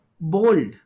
bold